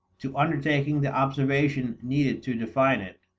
to undertaking the observations needed to define it,